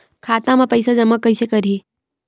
खाता म पईसा जमा कइसे करही?